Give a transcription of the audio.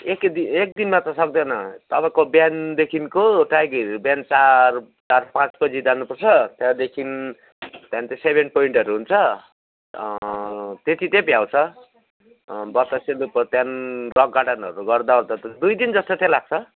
एकै दि एक दिनमा त सक्दैन तपाईँको बिहानदेखिन्को टाइगर हिल बिहान चार चारपाँच बजे जानुपर्छ त्यहाँदेखिन् त्यहाँदेखिन् त्यो सेभेन पोइन्टहरू हुन्छ त्यति चाहिँ भ्याउँछ बतासे लुप भयो त्यहाँदेखिन् रक गार्डनहरू गर्दाओर्दा त दुई दिन जस्तो चाहिँ लाग्छ